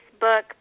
Facebook